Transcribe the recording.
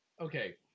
Okay